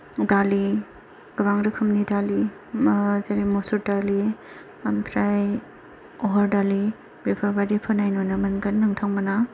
दालि गोबां रोखोमनि दालि जेरै मसुर दालि ओमफ्राय अहर दालि बेफोर बायदि फोनाय नुनो मोनगोन नोंथांमोना